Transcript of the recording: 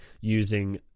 using